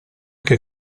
che